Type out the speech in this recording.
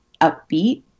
upbeat